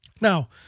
Now